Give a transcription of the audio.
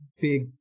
big